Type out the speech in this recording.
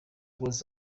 was